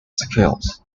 giles